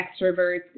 extroverts